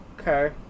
Okay